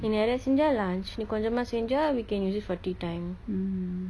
நீ நெரய செஞ்சா:nii neraya senjsaa lunch நீ கொஞ்சமா செஞ்சா:nee konjama senja we can use it for tea time